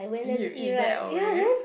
you eat that always